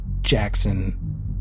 Jackson